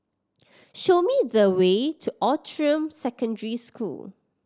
show me the way to Outram Secondary School